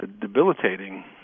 debilitating